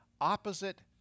opposite